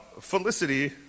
Felicity